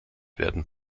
werden